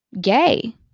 gay